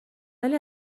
ولی